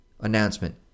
announcement